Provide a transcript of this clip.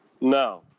No